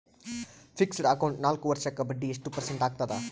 Fixed account ನಾಲ್ಕು ವರ್ಷಕ್ಕ ಬಡ್ಡಿ ಎಷ್ಟು ಪರ್ಸೆಂಟ್ ಆಗ್ತದ?